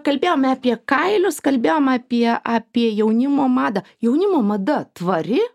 kalbėjome apie kailius kalbėjom apie apie jaunimo madą jaunimo mada tvari